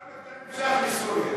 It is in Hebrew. אתה תמיד נמשך לסוריה.